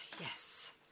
Yes